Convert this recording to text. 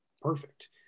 perfect